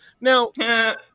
Now